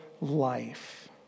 life